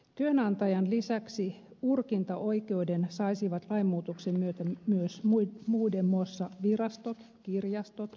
työnantajan lisäksi urkintaoikeuden saisivat lainmuutoksen myötä myös muiden muassa virastot kirjastot yliopistot ja koulut